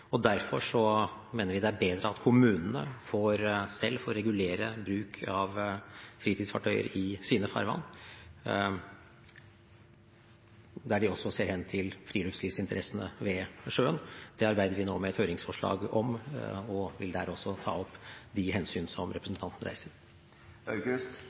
Derfor mener vi det er bedre at kommunene selv får regulere bruk av fritidsfartøy i sine farvann, der de også ser hen til friluftslivsinteressene ved sjøen. Det arbeider vi nå med et høringsforslag om og vil der også ta opp de hensyn som